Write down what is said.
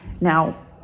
Now